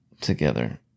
together